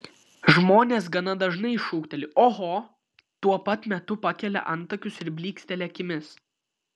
žmonės gana dažnai šūkteli oho tuo pat metu pakelia antakius ir blyksteli akimis